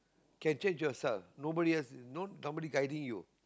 can change yourself nobody else no no nobody guiding you